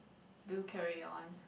do carry on